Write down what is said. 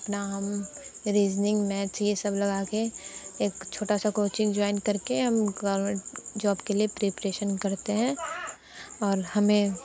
अपना हम reasoning math यह सब लगा कर एक छोटा सा कोचिंग जॉइन करके हम गवर्नमेंट जॉब के लिए प्रिपरेशन करते हैं और हमें